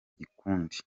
gikundi